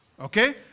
Okay